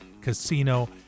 Casino